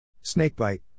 Snakebite